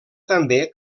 també